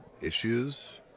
issues